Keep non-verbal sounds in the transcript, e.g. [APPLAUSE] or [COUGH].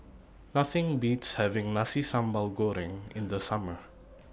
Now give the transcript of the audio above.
[NOISE] Nothing Beats having Nasi Sambal Goreng in The Summer